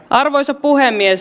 arvoisa puhemies